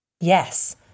Yes